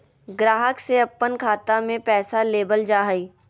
ग्राहक से अपन खाता में पैसा लेबल जा हइ